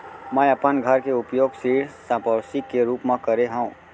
मै अपन घर के उपयोग ऋण संपार्श्विक के रूप मा करे हव